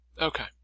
Okay